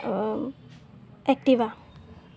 Activa